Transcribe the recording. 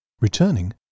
Returning